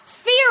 Fear